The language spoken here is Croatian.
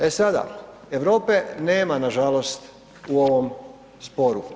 E sada, Europe nema nažalost u ovom sporu.